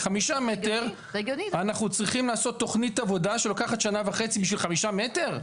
ל- 5 מטר אנחנו צריכים לעשות תכנית עבודה שלוקחת שנה וחצי בשביל 5 מטר?